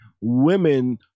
women